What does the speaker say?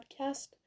podcast